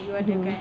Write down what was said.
mmhmm